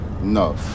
no